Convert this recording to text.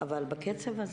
שוב, זה